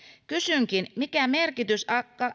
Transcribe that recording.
kysynkin mikä merkitys